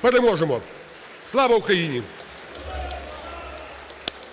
Переможемо! Слава Україні!